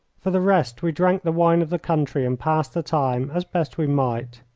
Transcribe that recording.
for the rest, we drank the wine of the country and passed the time as best we might.